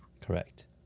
Correct